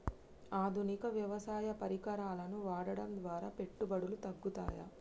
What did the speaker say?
ఆధునిక వ్యవసాయ పరికరాలను వాడటం ద్వారా పెట్టుబడులు తగ్గుతయ?